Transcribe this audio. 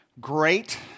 great